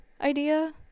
Idea